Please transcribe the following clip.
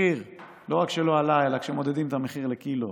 לא רק שלא עלה, אלא כשמודדים את המחיר לקילו,